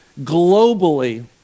globally